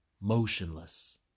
Motionless